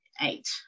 eight